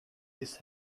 his